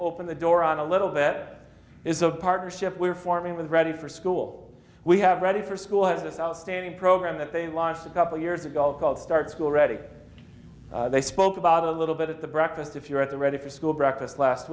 open the door on a little bit is a partnership we're forming with ready for school we have ready for school has this outstanding program that they launched a couple years ago called start school ready they spoke about a little bit at the breakfast if you're at the ready for school breakfast last